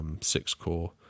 six-core